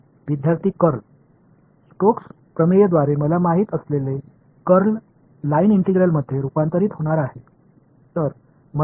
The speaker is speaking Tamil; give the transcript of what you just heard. மாணவர்கர்ல் ஸ்டோக்ஸ் தேற்றத்தால் கர்ல் ஒரு லைன் இன்டெக்ரால் ஆக மாற்றப் போகிறது என்று எனக்கு தெரியும்